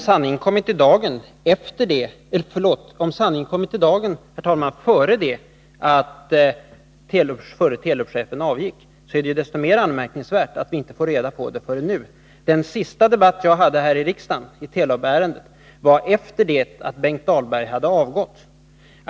Herr talman! Om sanningen kommit i dagen före det att den förre Telubchefen avgick är det desto mer anmärkningsvärt att vi inte får reda på det förrän nu. Den förra debatten om Telubaffären som jag varit med om här i riksdagen fördes efter det att Benkt Dahlberg hade avgått.